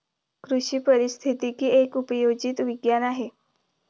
कृषी पारिस्थितिकी एक उपयोजित विज्ञान आहे